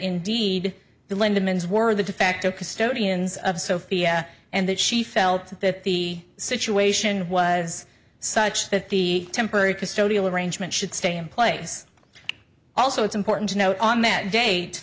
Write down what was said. indeed the lindemann is were the defacto custodians of sophia and that she felt that the situation was such that the temporary custodial arrangement should stay in place also it's important to note on that date